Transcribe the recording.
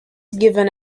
given